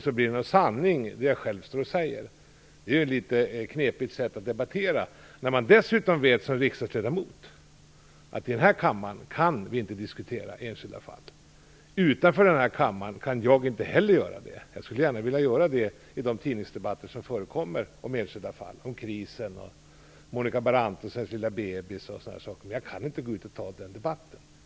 Då blir det som debattören säger sanning. Det är ett litet knepigt sätt att debattera, när man som riksdagsledamot dessutom vet att vi inte i den här kammaren kan diskutera enskilda fall. Utanför den här kammaren kan jag inte heller göra det. Jag skulle gärna vilja göra det, t.ex. i de tidningsdebatter som förekommer om enskilda fall, om Chrisen och Monica Barrantes och hennes lilla bebis och sådana fall, men jag kan inte gå ut och ta den debatten.